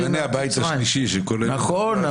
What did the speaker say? כשייבנה הבית השלישי --- נכון,